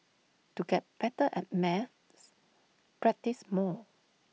to get better at maths practise more